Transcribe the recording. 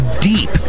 deep